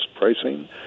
pricing